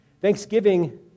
thanksgiving